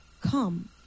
Come